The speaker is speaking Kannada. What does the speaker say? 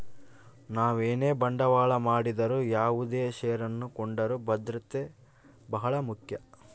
ನಾವು ಏನೇ ಬಂಡವಾಳ ಮಾಡಿದರು ಯಾವುದೇ ಷೇರನ್ನು ಕೊಂಡರೂ ಭದ್ರತೆ ಬಹಳ ಮುಖ್ಯ